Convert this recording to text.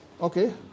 Okay